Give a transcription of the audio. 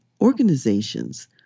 organizations